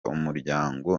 umuryango